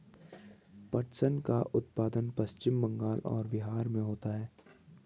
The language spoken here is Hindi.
पटसन का उत्पादन पश्चिम बंगाल और बिहार में होता है